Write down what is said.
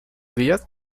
días